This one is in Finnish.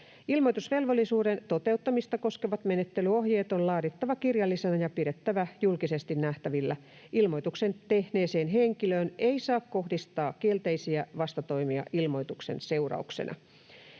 Ilmoitusvelvollisuuden toteuttamista koskevat menettelyohjeet on laadittava kirjallisina ja pidettävä julkisesti nähtävillä. Ilmoituksen tehneeseen henkilöön ei saa kohdistaa kielteisiä vastatoimia ilmoituksen seurauksena.”